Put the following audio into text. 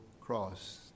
cross